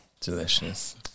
Delicious